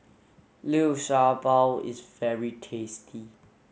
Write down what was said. Liu Sha Bao is very tasty